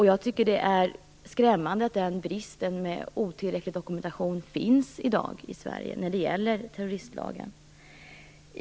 Jag tycker det är skrämmande att den här bristen på tillräcklig dokumentation när det gäller terroristlagen finns i dag i Sverige.